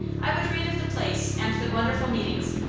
i would read of the place and the wonderful meetings,